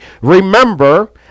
Remember